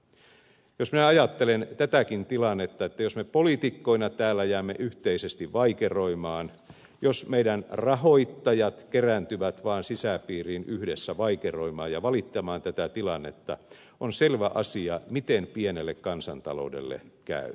jos minä ajattelen tätäkin tilannetta jos me poliitikkoina täällä jäämme yhteisesti vaikeroimaan jos meidän rahoittajat kerääntyvät vaan sisäpiiriin yhdessä vaikeroimaan ja valittamaan tätä tilannetta on selvä asia miten pienelle kansantaloudelle käy